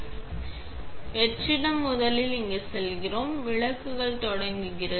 ஓ வெற்றிடம் முதலில் அங்கு நாம் செல்கிறோம் தயாராக விளக்குகள் தொடங்குகிறது ஆமாம்